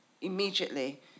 immediately